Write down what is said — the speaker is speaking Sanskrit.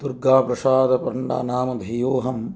दुर्गाप्रशादपण्डा नामधेयोऽहम्